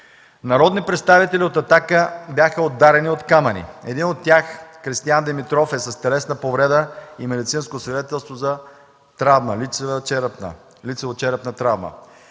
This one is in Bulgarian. Народни представители от „Атака“ бяха ударени с камъни. Един от тях – Кристиян Димитров, е с телесна повреда и медицинско свидетелство за лицево-черепна травма.